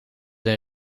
een